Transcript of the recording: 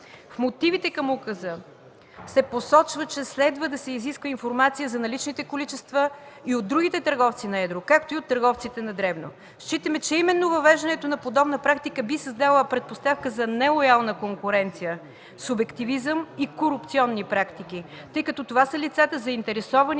В мотивите към указа се посочва, че следва да се изисква информация за наличните количества и от другите търговци на едро, така както и от търговците на дребно. Считаме, че именно въвеждането на подобна практика би създало предпоставка за нелоялна конкуренция, субективизъм и корупционни практики, тъй като това са лицата – заинтересовани